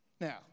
Now